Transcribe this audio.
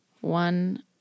one